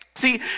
See